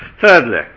Thirdly